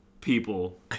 people